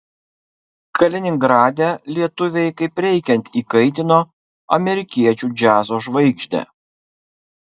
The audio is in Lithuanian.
kaliningrade lietuviai kaip reikiant įkaitino amerikiečių džiazo žvaigždę